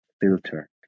filter